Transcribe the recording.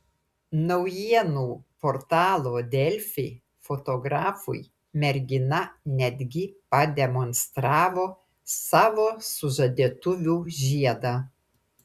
naujienų portalo delfi fotografui mergina netgi pademonstravo savo sužadėtuvių žiedą